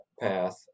path